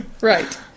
Right